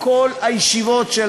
בכל הישיבות של